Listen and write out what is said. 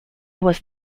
was